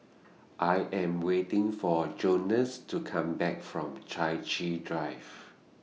I Am waiting For Jones to Come Back from Chai Chee Drive